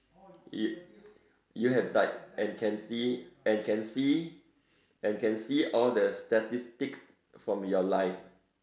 you you have died and can see and can see and can see all the statistics from your life